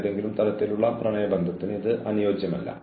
വസ്തുതകളുടെ documentation തികച്ചും ആവശ്യമാണ്